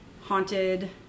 haunted